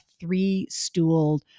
three-stooled